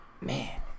Man